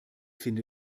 finde